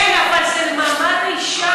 כן, אבל זה למעמד האישה.